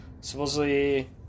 Supposedly